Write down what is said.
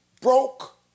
broke